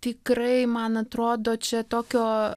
tikrai man atrodo čia tokio